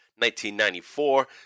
1994